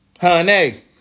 honey